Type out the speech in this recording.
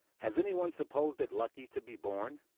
has any one supposed it lucky to be born?